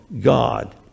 God